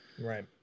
right